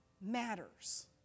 matters